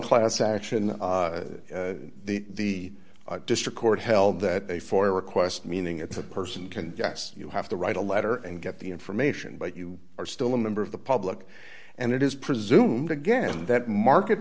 class action the district court held that for request meaning it's a person can yes you have to write a letter and get the information but you are still a member of the public and it is presumed again that market